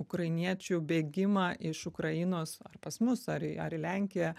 ukrainiečių bėgimą iš ukrainos ar pas mus ar į ar į lenkiją